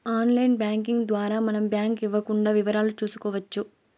online banking ద్వారా మనం bank ఇవ్వకుండా వివరాలు చూసుకోవచ్చు